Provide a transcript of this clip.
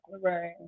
right